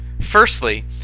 Firstly